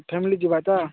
family ଯିବା ତ